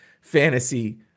fantasy